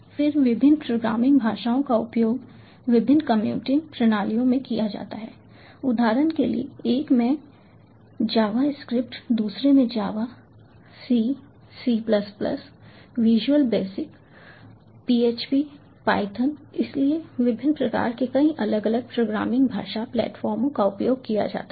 फिर विभिन्न प्रोग्रामिंग भाषाओं का उपयोग विभिन्न कंप्यूटिंग प्रणालियों में किया जाता है उदाहरण के लिए एक में जावास्क्रिप्ट दूसरे में Java C C visual basic PHP Python इसलिए विभिन्न प्रकार के कई अलग अलग प्रोग्रामिंग भाषा प्लेटफार्मों का उपयोग किया जाता है